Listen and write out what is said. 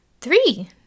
three